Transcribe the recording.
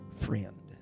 friend